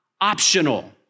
optional